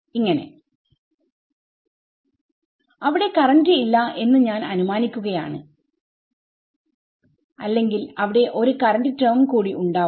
അവിടെ കറണ്ട് ഇല്ല എന്ന് ഞാൻ അനുമാനിക്കുകയാണ് അല്ലെങ്കിൽ അവിടെ ഒരു കറന്റ് ടെർമ് കൂടി ഉണ്ടാവും